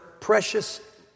precious